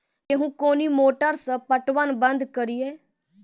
गेहूँ कोनी मोटर से पटवन बंद करिए?